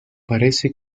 parece